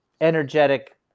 energetic